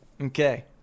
Okay